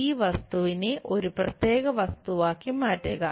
ഈ വസ്തുവിനെ ഒരു പ്രത്യേക വസ്തുവാക്കി മാറ്റുക